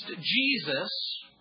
Jesus